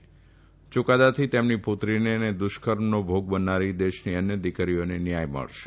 યુકાદાથી તેમની પુત્રીને અને દુષ્કર્મનો ભોગ બનનારી દેશની અન્ય દીકરીઓને ન્યાય મળશે